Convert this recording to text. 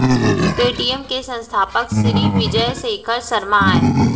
Paytm के संस्थापक सिरी विजय शेखर शर्मा अय